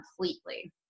completely